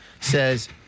says